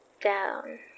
down